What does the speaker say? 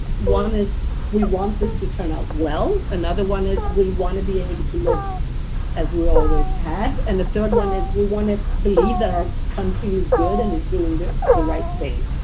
one is we want this to turn out well. another one is we want to be able to live as we always have. and the third one is we want to believe that our country is good and is doing the the right thing.